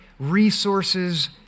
resources